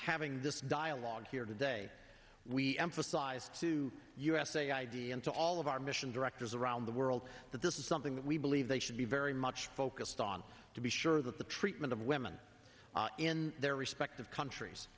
having this dialogue here today we emphasized to usa id and to all of our mission direct around the world that this is something that we believe they should be very much focused on to be sure that the treatment of women in their respective countries